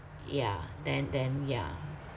yeah then then yeah